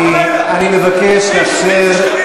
אני מבקש לאפשר,